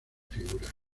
figuras